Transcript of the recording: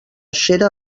xera